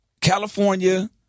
california